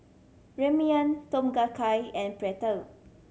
Ramyeon Tom Kha Gai and Pretzel